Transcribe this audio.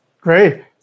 Great